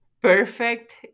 perfect